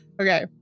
okay